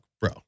bro